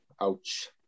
ouch